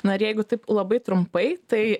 na ir jeigu taip labai trumpai tai